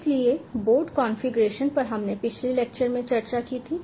इसलिए board configuration पर हमने पिछले लेक्चर में चर्चा की थी